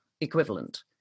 equivalent